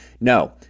No